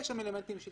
יש שם אלמנטים של